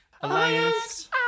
alliance